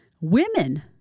Women